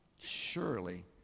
surely